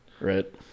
right